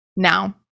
Now